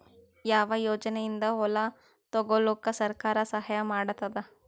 ಯಾವ ಯೋಜನೆಯಿಂದ ಹೊಲ ತೊಗೊಲುಕ ಸರ್ಕಾರ ಸಹಾಯ ಮಾಡತಾದ?